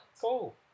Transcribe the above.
Cool